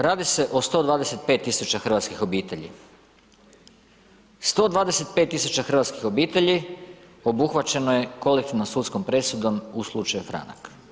Radi se o 125.000 hrvatskih obitelji, 125.000 hrvatskih obitelji obuhvaćeno je kolektivnom sudskom presudom u slučaju Franak.